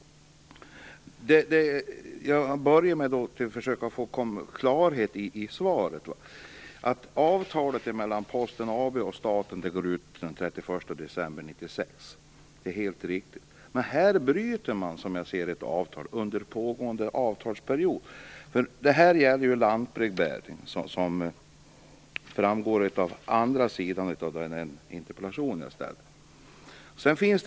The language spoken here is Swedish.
Jag vill börja med att försöka få klarhet i svaret. december 1996, det är helt riktigt. Men här bryter man, som jag ser det, ett avtal under pågående avtalsperiod. Här gäller det ju, som framgår av andra sidan av interpellationen, lantbrevbäring.